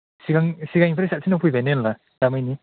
सिगां सिगांनिफ्राय साबसिनाव फैबाय ना होनब्ला दा मानि